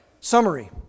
Summary